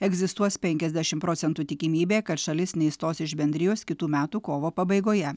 egzistuos penkiasdešim procentų tikimybė kad šalis neišstos iš bendrijos kitų metų kovo pabaigoje